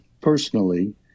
personally